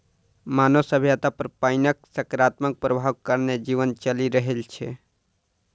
मानव सभ्यता पर पाइनक सकारात्मक प्रभाव कारणेँ जीवन चलि रहल छै